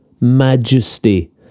Majesty